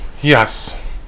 Yes